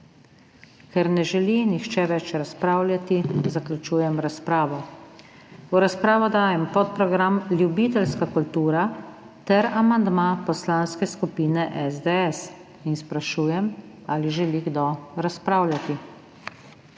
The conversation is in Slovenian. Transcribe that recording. Ker ne želi nihče več razpravljati, zaključujem razpravo. V razpravo dajem podprogram Ljubiteljska kultura ter amandma Poslanske skupine SDS in sprašujem, ali želi kdo razpravljati.